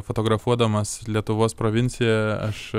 fotografuodamas lietuvos provinciją aš